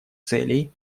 целей